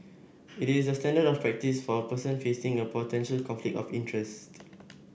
it is the standard of practice for a person facing a potential conflict of interest